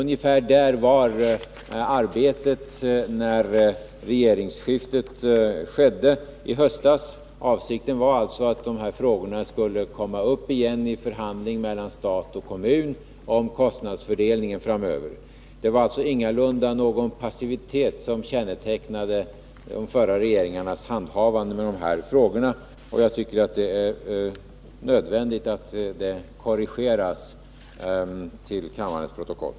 Ungefär så långt hade arbetet fortskridit när regeringsskiftet skedde i höstas. Avsikten var alltså att frågorna skulle tas upp igen i förhandlingar mellan stat och kommun om kostnadsfördelningen framöver. Det var ingalunda fråga om att någon passivitet kännetecknade de tidigare regeringarnas handhavande av de här frågorna. Jag tycker det är nödvändigt att detta korrigeras i kammarens protokoll.